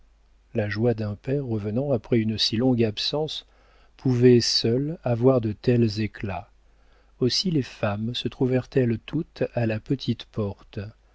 la joie d'un père revenant après une si longue absence pouvait seule avoir de tels éclats aussi les femmes se trouvèrent elles toutes à la petite porte